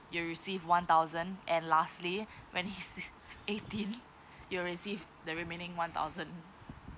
you'll receive one thousand and lastly when he's eighteen you'll received the remaining one thousand